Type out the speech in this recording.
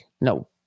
No